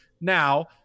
Now